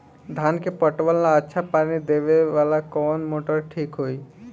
धान के पटवन ला अच्छा पानी देवे वाला कवन मोटर ठीक होई?